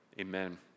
Amen